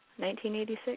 1986